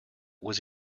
was